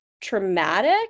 traumatic